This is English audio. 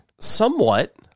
Somewhat